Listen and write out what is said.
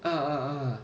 ah ah ah